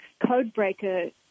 Codebreaker